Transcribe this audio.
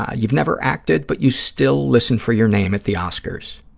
ah you've never acted but you still listen for your name at the oscars.